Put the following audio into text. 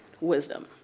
Wisdom